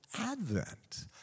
Advent